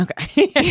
Okay